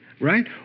right